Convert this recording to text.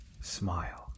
smile